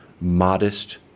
modest